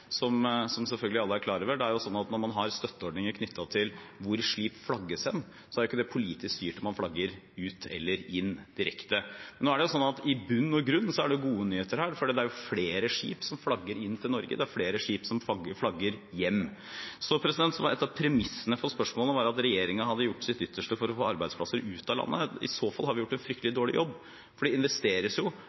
rammevilkårene. Som selvfølgelig alle er klar over: Når man har støtteordninger knyttet til hvor skip flagges hen, er det ikke politisk styrt om man flagger ut eller inn, direkte. I bunn og grunn er det gode nyheter her, for det er jo flere skip som flagger inn til Norge. Det er flere skip som flagger hjem. Så var et av premissene for spørsmålet at regjeringen hadde gjort sitt ytterste for å få arbeidsplasser ut av landet. I så fall har vi gjort en fryktelig dårlig jobb, for det investeres jo.